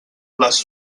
les